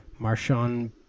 Marshawn